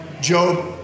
Job